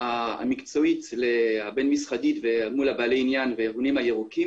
המקצועי הבין-משרדי מול בעלי העניין והארגונים הירוקים,